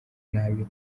nabi